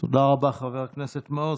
תודה רבה, חבר הכנסת מעוז.